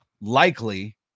likely